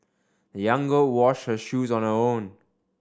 the young girl washed her shoes on her own